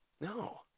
No